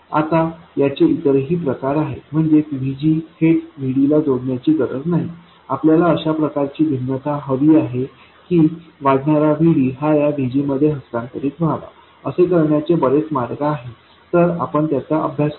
तर याचे इतरही प्रकार आहेत म्हणजेच VG थेट VD ला जोडण्याची गरज नाही आपल्याला अशा प्रकारची भिन्नता हवी आहे की वाढणारा VD हा या VG मध्ये हस्तांतरित व्हावा असे करण्याचे बरेच मार्ग आहेत तर आपण त्या मार्गांचा अभ्यास करू